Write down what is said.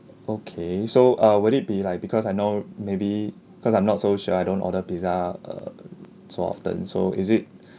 okay so uh would it be like because I know maybe cause I'm not so sure I don't order pizza err so often so is it